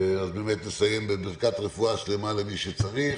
נסיים בברכת רפואה שלמה למי שצריך